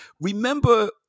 Remember